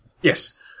Yes